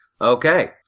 Okay